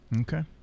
Okay